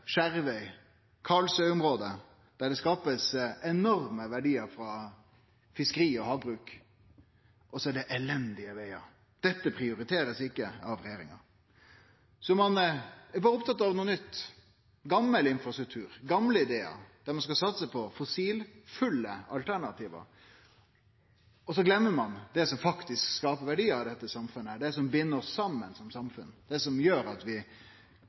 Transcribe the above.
der det blir skapt enorme verdiar frå fiskeri og havbruk, og så er det elendige vegar. Dette blir ikkje prioritert av regjeringa. Ein er berre opptatt av noko nytt, gamal infrastruktur, gamle idear, der ein skal satse på fossilfulle alternativ, og så gløymer ein det som faktisk skapar verdiar i dette samfunnet, det som bind oss saman som samfunn, det som gjer at vi